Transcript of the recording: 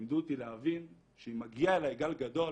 לימדו אותי להבין שאם מגיע אליי גל גדול